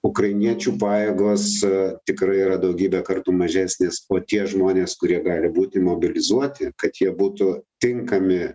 ukrainiečių pajėgos tikrai yra daugybę kartų mažesnės o tie žmonės kurie gali būti mobilizuoti kad jie būtų tinkami